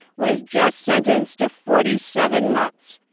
was just sentenced to forty seven months.